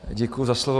Děkuji za slovo.